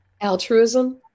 Altruism